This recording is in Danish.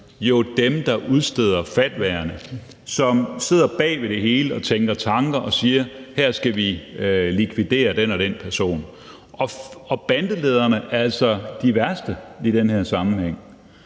jo dem, der udsteder fatwaerne, som sidder bag ved det hele og tænker tanker og siger: Her skal vi likvidere den og den person. Og bandelederne er altså de værste i den her sammenhæng.